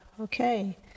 Okay